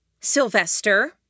Sylvester